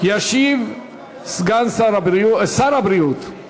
ישיב שר סגן הבריאות,